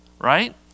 right